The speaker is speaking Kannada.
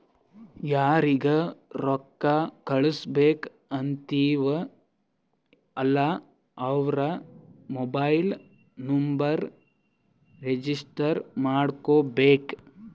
ಯಾರಿಗ ರೊಕ್ಕಾ ಕಳ್ಸುಬೇಕ್ ಅಂತಿವ್ ಅಲ್ಲಾ ಅವ್ರ ಮೊಬೈಲ್ ನುಂಬರ್ನು ರಿಜಿಸ್ಟರ್ ಮಾಡ್ಕೋಬೇಕ್